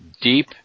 deep